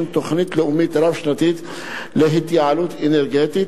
תוכנית לאומית רב-שנתית להתייעלות אנרגטית,